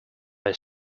your